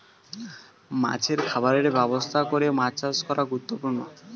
মাছের খামারের ব্যবস্থা করে মাছ চাষ করা গুরুত্বপূর্ণ